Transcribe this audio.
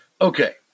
Okay